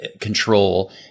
control